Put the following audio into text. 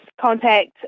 contact